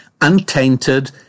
untainted